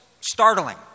startling